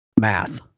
Math